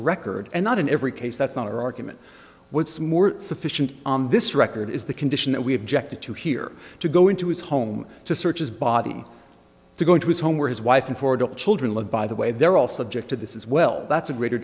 record and not in every case that's not our argument what's more sufficient on this record is the condition that we objected to here to go into his home to search his body to go into his home where his wife and four adopt children live by the way they're all subject to this is well that's a greater